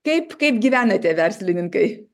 kaip kaip gyvena tie verslininkai